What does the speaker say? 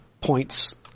points